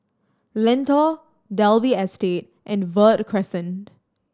Lentor Dalvey Estate and Verde Crescent